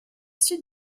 suite